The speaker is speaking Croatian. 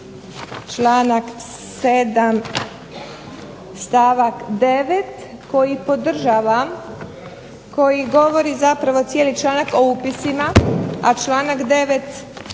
članak 7. stavak 9. koji podržavam, koji govori zapravo cijeli članak o upisima, a članak 9.